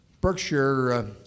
Berkshire